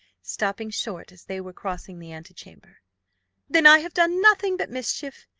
stopping short as they were crossing the antechamber then i have done nothing but mischief.